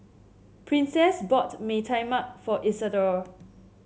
Princess bought Mee Tai Mak for Isadore